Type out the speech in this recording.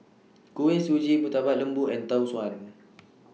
Kuih Suji Murtabak Lembu and Tau Suan